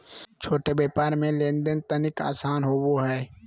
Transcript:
छोट व्यापार मे लेन देन तनिक आसान होवो हय